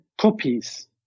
copies